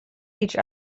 each